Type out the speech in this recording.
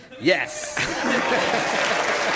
Yes